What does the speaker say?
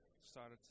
started